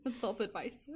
self-advice